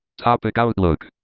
topic outlook,